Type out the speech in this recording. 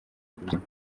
kubyina